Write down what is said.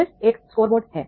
फिर एक स्कोरबोर्ड है